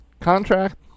contract